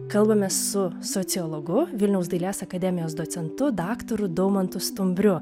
kalbamės su sociologu vilniaus dailės akademijos docentu daktaru daumantu stumbriu